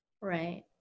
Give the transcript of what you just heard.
Right